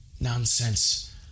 Nonsense